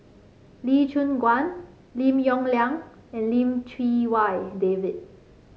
Lee Choon Guan Lim Yong Liang and Lim Chee Wai David